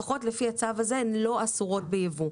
לפחות לפי הצו הזה, הן לא אסורות בייבוא.